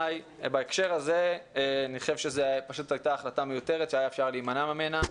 בהקשר הזה אני חושב שזו פשוט הייתה החלטה מיותרת שהיה אפשר להימנע ממנה.